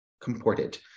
comported